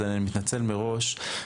אז אני מתנצל מראש.